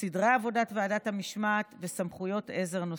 סדרי עבודת ועדת המשמעת וסמכויות עזר נוספות.